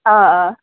آ آ